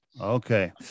Okay